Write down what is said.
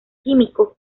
químicos